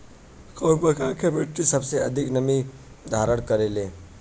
कउन प्रकार के मिट्टी सबसे अधिक नमी धारण करे ले?